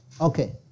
Okay